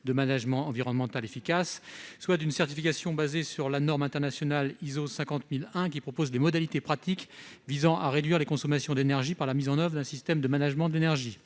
de management environnemental ; soit d'une certification basée sur la norme internationale ISO 50 001 qui propose des modalités pratiques visant à réduire la consommation d'énergie par la mise en oeuvre d'un système de management de l'énergie